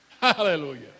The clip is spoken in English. hallelujah